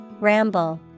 Ramble